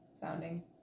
sounding